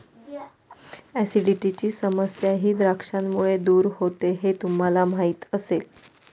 ऍसिडिटीची समस्याही द्राक्षांमुळे दूर होते हे तुम्हाला माहिती असेल